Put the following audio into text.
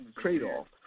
trade-off